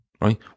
right